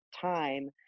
time